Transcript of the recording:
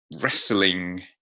wrestling